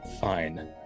fine